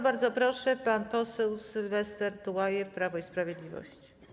Bardzo proszę, pan poseł Sylwester Tułajew, Prawo i Sprawiedliwość.